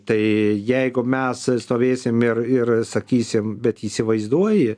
tai jeigu mes stovėsim ir ir sakysim bet įsivaizduoji